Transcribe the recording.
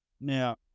Now